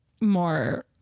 more